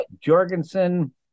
Jorgensen